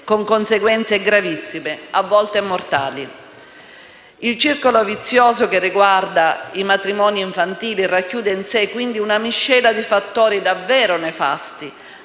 con conseguenze gravissime, a volte mortali. Il circolo vizioso che riguarda i matrimoni infantili racchiude in sé, quindi, una miscela di fattori davvero nefasti: